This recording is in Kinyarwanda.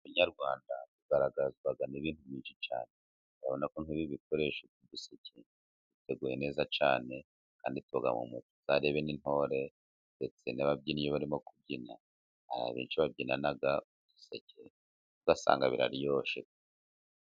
Umuco yarwanda ugaragazwa n'ibintu byinshi cyane. Urabona ko nk'ibi bikoresho by'uduseke, biteguye neza cyane, kandi tuba mu muco. Muzarebe n'intore ndetse n'ababyinnyi iyo barimo kubyina, hari benshi babyina duseke, ugasanga biraryoshye.